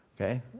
okay